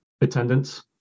attendance